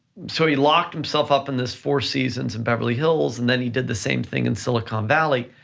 so he locked himself up in this four seasons in beverly hills, and then he did the same thing in silicon valley,